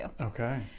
Okay